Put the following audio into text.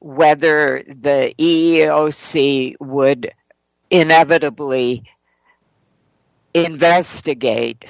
whether the c would inevitably investigate